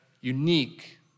unique